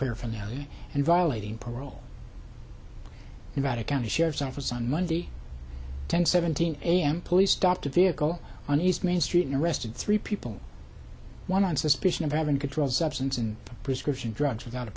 paraphernalia and violating parole about a county sheriff's office on monday ten seventeen a m police stopped a vehicle on east main street and arrested three people one on suspicion of having a controlled substance and prescription drugs without a